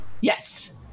Yes